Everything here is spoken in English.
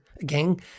again